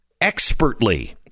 expertly